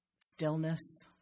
stillness